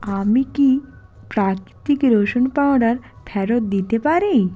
আমি কি প্রাকৃতিক রসুন পাউডার ফেরত দিতে পারি